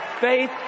Faith